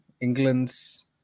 England's